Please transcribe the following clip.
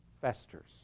festers